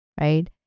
right